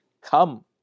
come